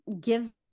gives